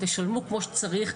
תשלמו כמו שצריך,